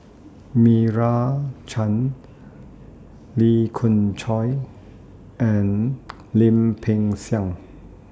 Meira Chand Lee Khoon Choy and Lim Peng Siang